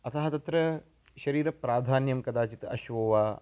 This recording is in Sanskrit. अतः तत्र शरीरप्राधान्यं कदाचित् अश्वो वा